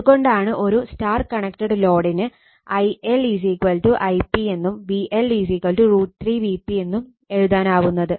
അത് കൊണ്ടാണ് ഒരു Y കണക്റ്റഡ് ലോഡിന് I L Ip എന്നും VL √ 3 Vp എഴുതാനാവുന്നത്